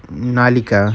mm நாளைக்கா:nalaikka